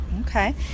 Okay